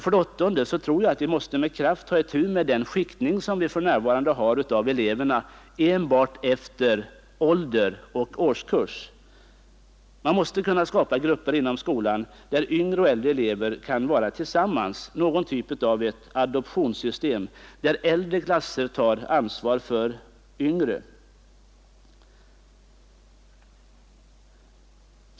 För det åttonde: Vi måste med kraft ta itu med den skiktning av eleverna som nu förekommer enbart efter ålder och årskurs. Man måste inom skolan skapa grupper, där yngre och äldre elever kan vara tillsammans, någon typ av ett adoptionssystem där äldre klasser tar ansvar för yngre.